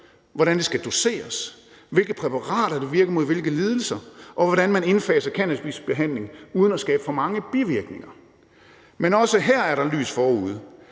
hvordan det skal doseres, hvilke præparater der virker mod hvilke lidelser, og hvordan man indfaser cannabisbehandling uden at skabe for mange bivirkninger. Men også her er der lys forude.